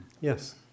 Yes